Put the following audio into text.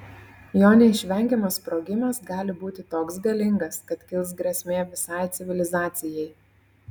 jo neišvengiamas sprogimas gali būti toks galingas kad kils grėsmė visai civilizacijai